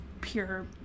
pure